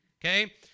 okay